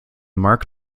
mark